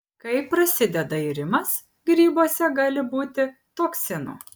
kai prasideda irimas grybuose gali būti toksinų